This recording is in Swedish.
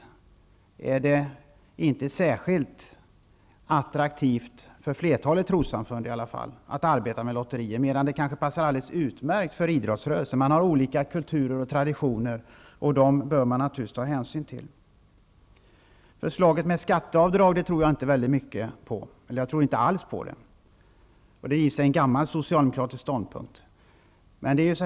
Det är t.ex. inte särskilt attraktivt för i varje fall flertalet trossamfund att arbeta med lotterier, medan det kanske passar utmärkt för idrottsrörelsen. Man har olika traditioner och kulturer, och dessa bör vi naturligtvis ta hänsyn till. Förslaget om skatteavdrag tror jag inte alls på. Det är också en gammal socialdemokratisk ståndpunkt.